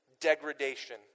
degradation